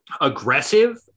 aggressive